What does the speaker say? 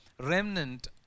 Remnant